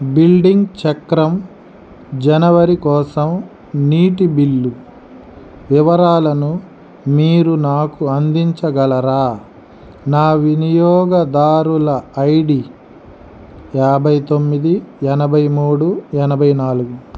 building చక్రం జనవరి కోసం నీటి బిల్లు వివరాలను మీరు నాకు అందించగలరా నా వినియోగదారుల ఐడి యాభై తొమ్మిది ఎనభై మూడు ఎనభై నాలుగు